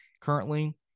currently